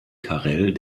karel